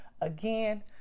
Again